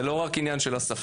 זה לא רק עניין השפה.